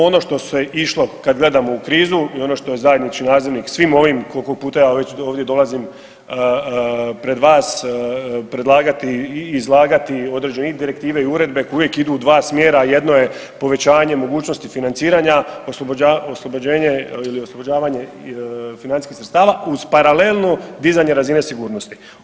Ono što se išlo kad gledamo u krizu i ono što je zajednički nazivnik svim ovim, koliko puta ja već ovdje dolazim pred vas, predlagati i izlagati i određene i direktive i uredbe, uvijek idu u dva smjera, jedno je povećavanje mogućnosti financiranja, oslobođenje ili oslobođavanje financijskih sredstava uz paralelno dizanje razine sigurnosti.